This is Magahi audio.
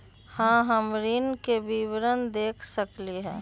का हम ऋण के विवरण देख सकइले?